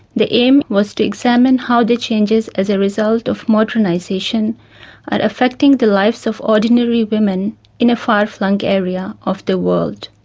the aim was to examine how the changes as a result of modernisation are affecting the lives of ordinary women in a far-flung area of the world.